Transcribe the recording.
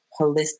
holistic